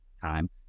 time